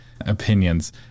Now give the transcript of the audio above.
opinions